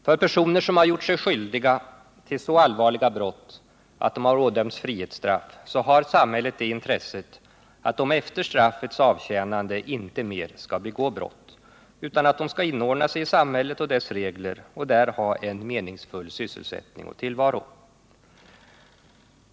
För personer som gjort sig skyldiga till så allvarliga brott att de har ådömts frihetsstraff, har samhället det intresset att de efter straffets avtjänande inte mer skall begå brott, utan att de skall inordna sig i samhället och dess regler och där ha en meningsfull sysselsättning och tillvaro.